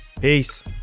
Peace